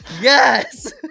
Yes